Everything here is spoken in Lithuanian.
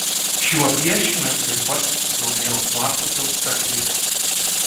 šiuo piešiniu taip pat susidomėjo slaptosios tarnybos